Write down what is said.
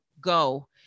go